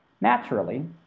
Naturally